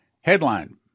Headline